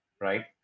right